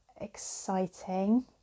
exciting